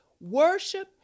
worship